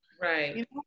Right